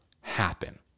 happen